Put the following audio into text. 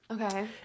Okay